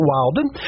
Wilden